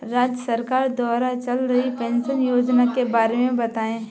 राज्य सरकार द्वारा चल रही पेंशन योजना के बारे में बताएँ?